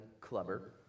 clubber